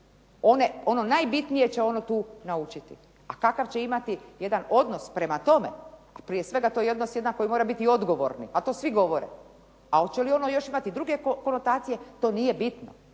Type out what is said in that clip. Ono najbitnije će ono tu naučiti, a kakav će imati jedan odnos prema tome, prije svega to je odnos jedan koji mora biti odgovorni, a to svi govore. A hoće li ono još imati druge konotacije to nije bitno,